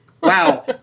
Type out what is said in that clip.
wow